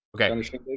okay